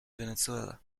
venezuela